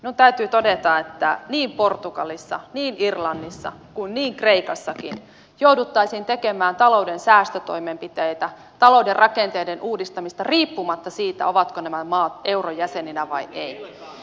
minun täytyy todeta että niin portugalissa niin irlannissa kuin kreikassakin jouduttaisiin tekemään talouden säästötoimenpiteitä talouden rakenteiden uudistamista riippumatta siitä ovatko nämä maat euron jäseninä vai eivät